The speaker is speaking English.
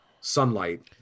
sunlight